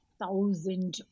thousand